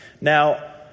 Now